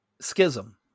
Schism